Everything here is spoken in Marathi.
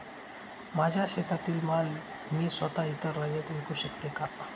माझ्या शेतातील माल मी स्वत: इतर राज्यात विकू शकते का?